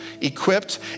equipped